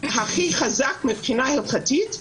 הכי חזק מבחינה הלכתית,